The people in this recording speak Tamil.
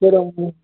சரி உங்களுக்கு